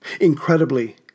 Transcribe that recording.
Incredibly